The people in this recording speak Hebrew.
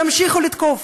תמשיכו לתקוף,